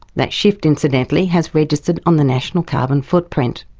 that shift incidentally, has registered on the national carbon footprint.